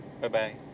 Bye-bye